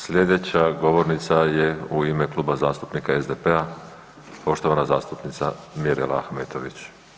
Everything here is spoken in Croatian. Sljedeća govornica je u ime Kluba zastupnika SDP-a poštovana zastupnica Mirela Ahmetović.